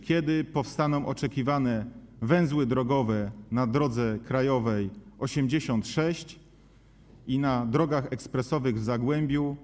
Kiedy powstaną oczekiwane węzły drogowe na drodze krajowej nr 86 i na drogach ekspresowych w Zagłębiu?